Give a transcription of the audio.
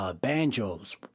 banjos